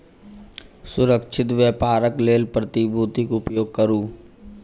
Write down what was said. सुरक्षित व्यापारक लेल प्रतिभूतिक उपयोग करू